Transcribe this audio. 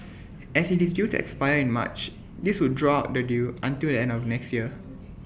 as IT is due to expire in March this would draw the deal until the end of next year